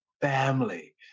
family